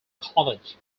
college